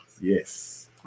Yes